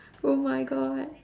oh my god